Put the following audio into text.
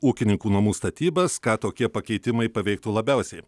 ūkininkų namų statybas ką tokie pakeitimai paveiktų labiausiai